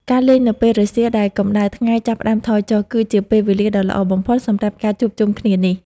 ការលេងនៅពេលរសៀលដែលកម្តៅថ្ងៃចាប់ផ្ដើមថយចុះ គឺជាពេលវេលាដ៏ល្អបំផុតសម្រាប់ការជួបជុំគ្នានេះ។